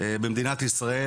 במדינת ישראל,